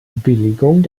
billigung